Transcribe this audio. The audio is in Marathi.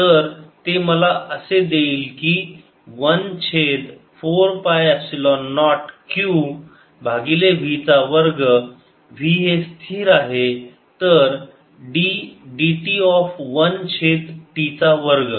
तर ते मला असे देईल की 1 छेद 4 पाय एपसिलोन नॉट q भागिले v चा वर्ग v हे स्थिर आहे तर d dt ऑफ 1 छेद t चा वर्ग